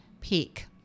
peak